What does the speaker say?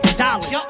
dollars